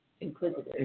Inquisitive